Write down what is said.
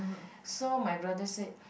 so my brother said